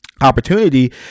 opportunity